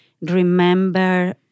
remember